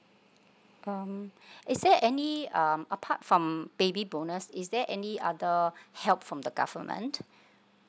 um is there any um apart from baby bonus is there any other help from the government